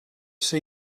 see